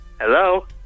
Hello